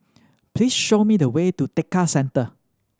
please show me the way to Tekka Centre